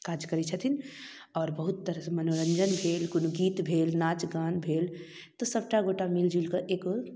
काज करै छथिन आओर बहुत तरहसँ मनोरञ्जन भेल कोनो गीत भेल नाचगान भेल तऽ सभटा गोटा मिलिजुलिकऽ एक